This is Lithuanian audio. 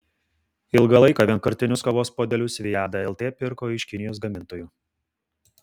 ilgą laiką vienkartinius kavos puodelius viada lt pirko iš kinijos gamintojų